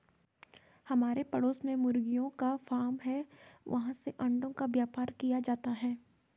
हमारे पड़ोस में मुर्गियों का फार्म है, वहाँ से अंडों का व्यापार किया जाता है